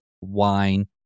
wine